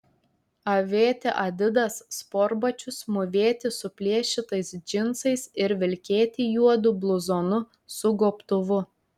avėti adidas sportbačius mūvėti suplėšytais džinsais ir vilkėti juodu bluzonu su gobtuvu